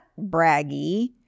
braggy